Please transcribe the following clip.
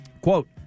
Quote